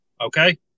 Okay